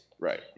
Right